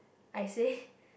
I say